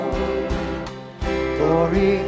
Glory